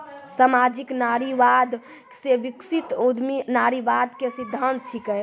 सामाजिक नारीवाद से विकसित उद्यमी नारीवाद एक सिद्धांत छिकै